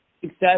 success